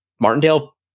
Martindale